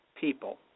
people